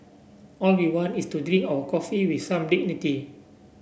all we want is to drink our coffee with some dignity